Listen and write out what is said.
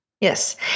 Yes